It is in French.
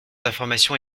d’information